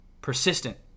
persistent